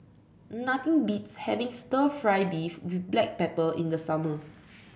nothing beats having stir fry beef with Black Pepper in the summer